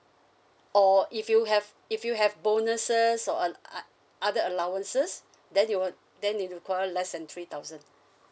or if you have if you have bonuses or all~ o~ other allowances then you w~ then you require less than three thousand